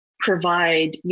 provide